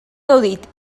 gaudit